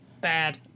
Bad